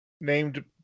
named